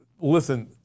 listen